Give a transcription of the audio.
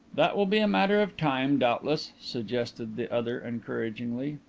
that will be a matter of time, doubtless, suggested the other encouragingly.